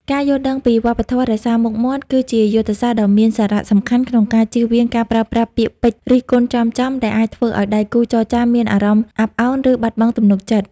ការយល់ដឹងពីវប្បធម៌ "រក្សាមុខមាត់" គឺជាយុទ្ធសាស្ត្រដ៏មានសារៈសំខាន់ក្នុងការជៀសវាងការប្រើប្រាស់ពាក្យពេចន៍រិះគន់ចំៗ ដែលអាចធ្វើឱ្យដៃគូចរចាមានអារម្មណ៍អាប់ឱន ឬបាត់បង់ទំនុកចិត្ត។